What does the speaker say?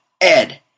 Ed